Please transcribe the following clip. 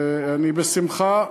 אני בשמחה,